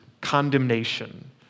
condemnation